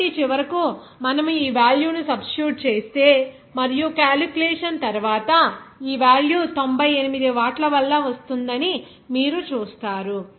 కాబట్టి చివరకు మనము ఈ వేల్యూ ను సబ్స్టిట్యూట్ చేస్తే మరియు క్యాలిక్యులేషన్ తర్వాత ఆ వేల్యూ తొంభై ఎనిమిది వాట్ల వలన వస్తుందని మీరు చూస్తారు